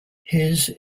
his